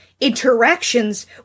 interactions